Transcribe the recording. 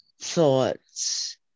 thoughts